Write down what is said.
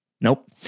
Nope